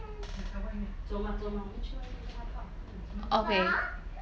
okay